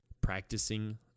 practicing